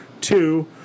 Two